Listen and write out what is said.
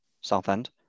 Southend